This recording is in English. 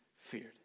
feared